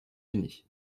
unis